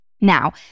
Now